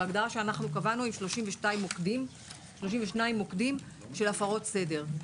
בהגדרה שאנחנו קבענו היו 32 מוקדים של הפרות סדר.